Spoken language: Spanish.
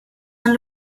han